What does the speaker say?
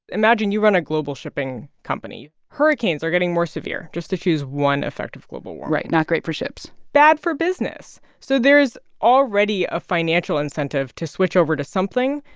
imagine you run a global shipping company. hurricanes are getting more severe, just to choose one effect of global warming right. not great for ships bad for business. so there is already a financial incentive to switch over to something,